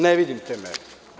Ne vidim te mere.